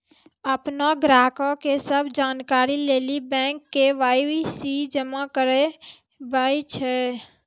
अपनो ग्राहको के सभ जानकारी लेली बैंक के.वाई.सी जमा कराबै छै